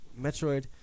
Metroid